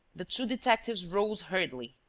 the two detectives rose hurriedly.